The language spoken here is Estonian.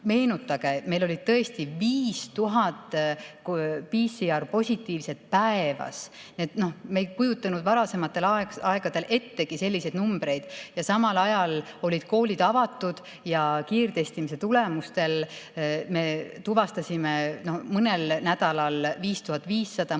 meil oli tõesti 5000 PCR‑positiivset päevas. Me ei kujutanud varasematel aegadel selliseid numbreid ettegi. Ent samal ajal olid koolid avatud. Kiirtestimise tulemusel me tuvastasime mõnel nädalal 5500, mõnel